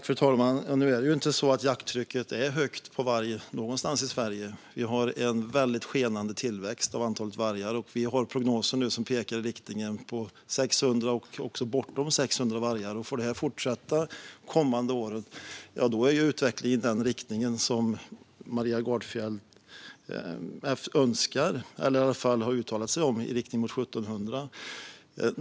Fru talman! Nu är det ju inte så att jakttrycket på varg är högt någonstans i Sverige; vi har en skenande tillväxt av antalet vargar, och vi har nu prognoser som pekar mot 600 - och även bortom 600 - vargar. Får detta fortsätta de kommande åren går utvecklingen i den riktning som Maria Gardfjell önskar, eller i alla fall har uttalat sig om, det vill säga mot 1 700 individer.